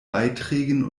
beiträgen